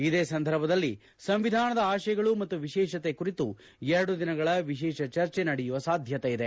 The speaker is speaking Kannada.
ಇದೇ ಸಂದರ್ಭದಲ್ಲಿ ಸಂವಿಧಾನದ ಆಶಯಗಳು ಮತ್ತು ವಿಶೇಷತೆ ಕುರಿತು ಎರಡು ದಿನಗಳ ವಿಶೇಷ ಚರ್ಚೆ ನಡೆಯುವ ಸಾಧ್ಯತೆ ಇದೆ